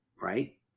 right